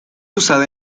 usada